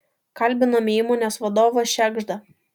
kalbinome įmonės vadovą šegždą